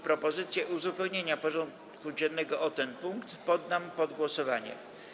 Propozycję uzupełnienia porządku dziennego o ten punkt poddam pod głosowanie.